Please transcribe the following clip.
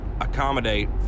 accommodate